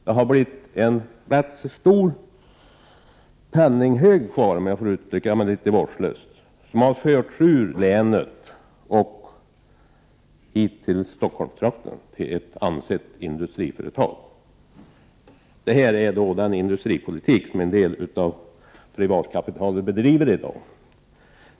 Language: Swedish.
Det har blivit en ganska stor penninghög kvar — om jag får uttrycka mig litet vårdslöst — som har förts ut ur länet och hit till Stockholmstrakten, till ett ansett industriföretag. Det här är då den industripolitik, med en del privatkapital, som bedrivs i dag.